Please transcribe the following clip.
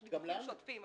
יש דיווחים שוטפים.